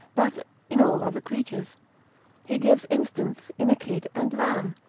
but in all other creatures he gives instance in a kid and lamb,